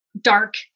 dark